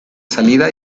salida